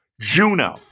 Juno